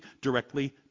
directly